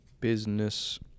business